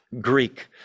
Greek